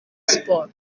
sports